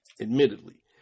admittedly